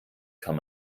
kann